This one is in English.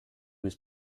was